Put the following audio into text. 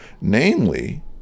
Namely